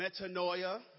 Metanoia